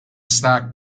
stack